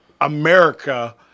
America